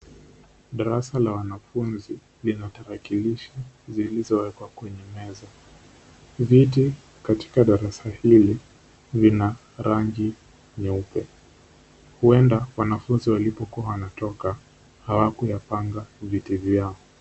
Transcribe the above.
Darasa la wanafunzi lina tarakilishi zilizowekwa kwenye meza. Viti katika darasa hili, lina rangi nyeupe. Huenda wanafunzi walipokua wanatoka hawakuyapanga viti vyao.